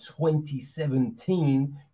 2017